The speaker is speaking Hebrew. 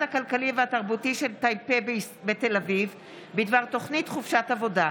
הכלכלי והתרבותי של טייפה בתל אביב בדבר תוכנית חופשת עבודה,